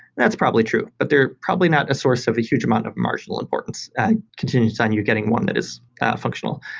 that's probably true, but they're probably not a source of a huge amount of marginal, importance contingent on you getting one that is functional.